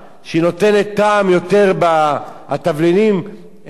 התבלינים פתאום נותנים יותר טעם באוכל.